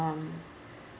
um